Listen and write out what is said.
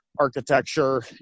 architecture